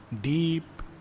deep